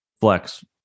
flex